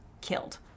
killed